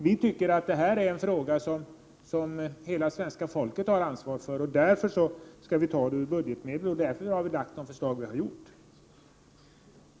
Vi tycker att det här är en fråga som hela svenska folket har ansvar för — därför skall vi ta pengarna ur budgetmedel, och därför ser våra förslag ut som de gör.